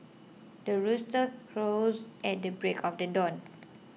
the rooster crows at the break of the dawn